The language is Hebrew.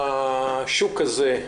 השוק הזה,